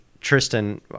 Tristan